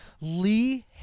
Lee